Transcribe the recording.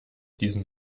diesen